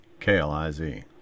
KLIZ